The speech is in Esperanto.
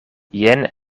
jen